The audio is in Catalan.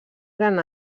gran